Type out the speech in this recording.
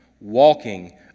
walking